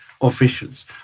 officials